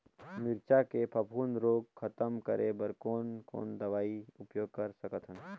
मिरचा के फफूंद रोग खतम करे बर कौन कौन दवई उपयोग कर सकत हन?